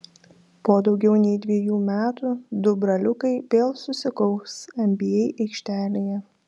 po daugiau nei dviejų metų du braliukai vėl susikaus nba aikštelėje